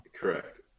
Correct